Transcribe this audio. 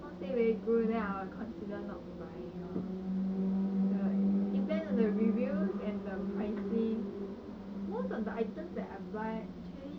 if it's mm not say very good then I will consider not buying lor so depends on the reviews and the pricing